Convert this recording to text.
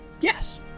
Yes